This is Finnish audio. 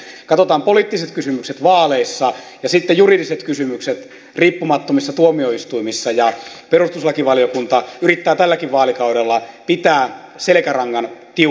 katsotaan poliittiset kysymykset vaaleissa ja sitten juridiset kysymykset riippumattomissa tuomioistuimissa ja perustuslakivaliokunta yrittää tälläkin vaalikaudella pitää selkärangan tiukkana